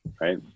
right